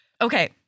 Okay